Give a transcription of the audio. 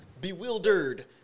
bewildered